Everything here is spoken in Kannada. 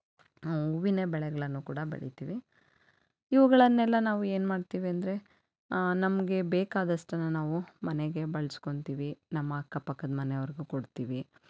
ಹೂವಿನ ಬೆಳೆಗಳನ್ನು ಕೂಡ ಬೆಳಿತೀವಿ ಇವುಗಳನ್ನೆಲ್ಲ ನಾವು ಏನು ಮಾಡ್ತೀವಿ ಅಂದರೆ ನಮಗೆ ಬೇಕಾದಷ್ಟನ್ನ ನಾವು ಮನೆಗೆ ಬಳ್ಸ್ಕೊತೀವಿ ನಮ್ಮ ಅಕ್ಕಪಕ್ಕದ ಮನೆಯವ್ರಿಗೂ ಕೊಡ್ತೀವಿ